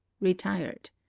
retired